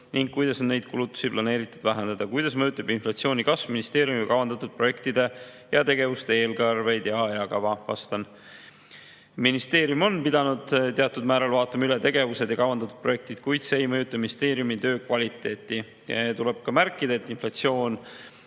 ning kuidas on neid kulutusi planeeritud vähendada? Kuidas mõjutab inflatsiooni kasv ministeeriumi kavandatud projektide ja tegevuste eelarveid ja ajakava?" Vastan. Ministeerium on pidanud teatud määral vaatama üle tegevused ja kavandatud projektid, kuid see ei mõjuta ministeeriumi töö kvaliteeti. Tuleb ka märkida, et inflatsioon